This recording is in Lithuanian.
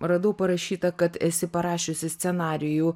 radau parašyta kad esi parašiusi scenarijų